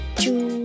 two